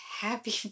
happy